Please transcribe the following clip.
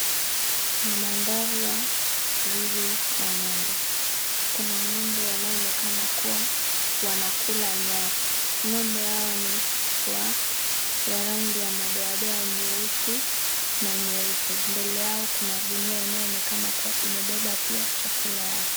Ni mandhari ya zizi la ng'ombe, kuna ng'ombe wanaoonekana kuwa wanakula nyasi, ng'ombe hawa ni wa wenye rangi ya madoadoa nyeusi na nyeupe, mbele yao kuna gunia inayonekana imebeba pia chakula yao.